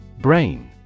Brain